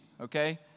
okay